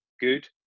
good